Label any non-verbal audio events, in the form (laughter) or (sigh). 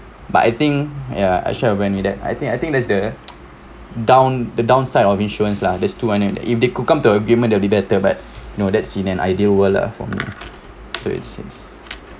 but I think ya I should have went with that I think I think that's the (noise) down the downside of insurance lah that's too many if they could come to agreement that will be better but you know that's in an ideal world lah for me so it's it's